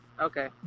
Okay